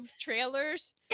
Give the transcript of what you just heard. trailers